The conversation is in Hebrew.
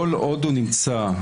כל עוד הוא נמצא,